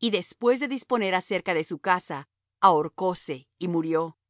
y después de disponer acerca de su casa ahorcóse y murió y